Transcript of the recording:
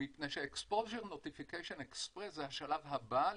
מפני ש- Exposure Notification Expressזה השלב הבא.